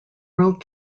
world